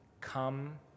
come